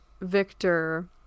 Victor